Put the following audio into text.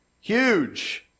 Huge